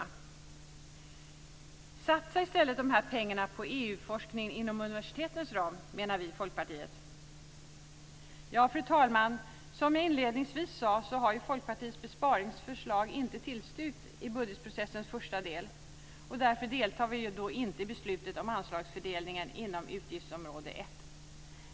Vi i Folkpartiet menar att man i stället ska satsa dessa pengar på EU-forskning inom universitetens ram. Fru talman! Som jag inledningsvis sade har Folkpartiets besparingsförslag inte tillstyrkts i budgetprocessens första del. Därför deltar vi inte i beslutet om anslagsfördelningen inom utgiftsområde 1.